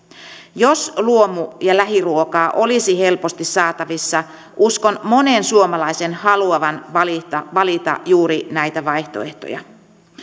jos luomu ja lähiruokaa olisi helposti saatavissa uskon monen suomalaisen haluavan valita valita juuri näitä vaihtoehtoja